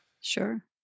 Sure